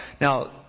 now